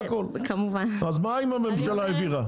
אז מה עם הממשלה העבירה?